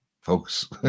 folks